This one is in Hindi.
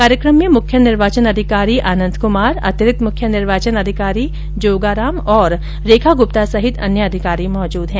कार्यक्रम में मुख्य निर्वाचन अधिकारी आनंद कुमार अतिरिक्त मुख्य निर्वाचन अधिकारी डॉक्टर जोगाराम और डॉ रेखा गुप्ता सहित अन्य अधिकारी मोजूद हैं